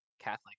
catholic